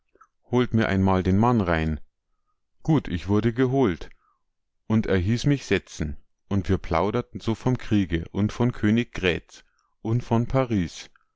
holt mir einmal den mann rein gut ich wurde geholt und a hieß mich setzen und wir plauderten so vom kriege und von königgrätz und von paris